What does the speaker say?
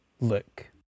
Look